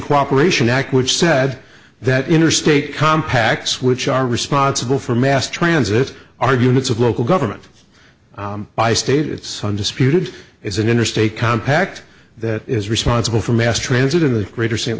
cooperation act which said that interstate compacts which are responsible for mass transit arguments of local government by state it's undisputed is an interstate compact that is responsible for mass transit in the greater st